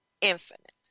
infinite